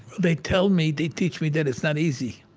they tell me they teach me that it's not easy.